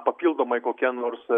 papildomai kokia nors